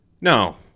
No